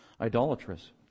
idolatrous